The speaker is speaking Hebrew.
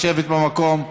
לשבת במקום.